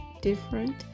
different